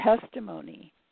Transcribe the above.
testimony